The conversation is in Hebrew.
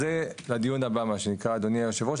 אז זה לדיון הבא, מה שנקרא, אדוני היושב-ראש.